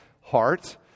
heart